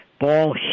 ball